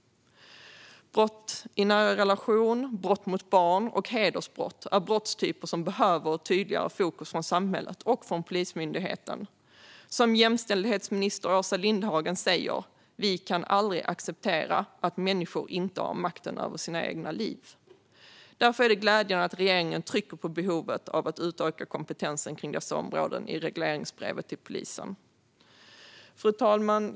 Brott i nära relation, brott mot barn och hedersbrott är brottstyper som behöver tydligare fokus från samhället och från Polismyndigheten. Som jämställdhetsminister Åsa Lindhagen säger kan vi aldrig acceptera att människor inte har makten över sina egna liv. Därför är det glädjande att regeringen trycker på behovet av att utöka kompetensen på dessa områden i regleringsbrevet till polisen. Fru talman!